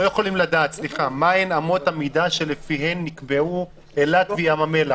יכולים לדעת מהן אמות המידה שלפיהן נקבעו אילת וים המלח.